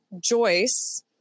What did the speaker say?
Joyce